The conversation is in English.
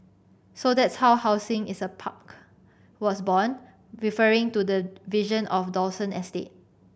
so that's how housing is a park was born referring to the vision of Dawson estate